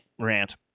Rant